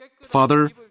Father